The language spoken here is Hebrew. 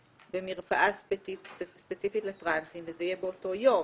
במרפאה ספציפית לטרנסים וזה יהיה באותו יום.